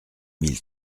mille